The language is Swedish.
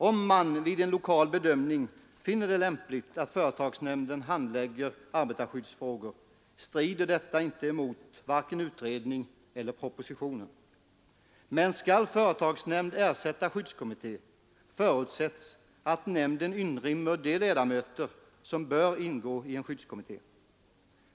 Om man vid en lokal bedömning finner det lämpligt att företagsnämnden handlägger arbetarskyddsfrågor, strider detta inte mot vare sig utredningen eller propositionen, men skall företagsnämnd ersätta skyddskommitté, förutsätts att nämnden inrymmer de ledamöter som bör ingå i skyddskommittén.